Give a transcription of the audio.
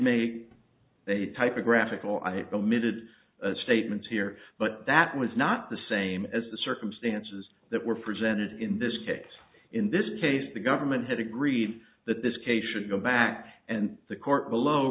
make a typographical i omitted statements here but that was not the same as the circumstances that were presented in this case in this case the government had agreed that this case should go back and the court below